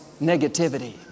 negativity